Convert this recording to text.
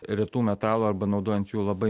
retų metalų arba naudojant jų labai